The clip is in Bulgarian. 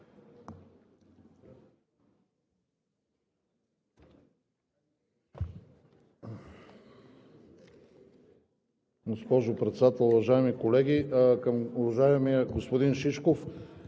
Госпожо Председател, уважаеми колеги! Към уважаемия господин Шишков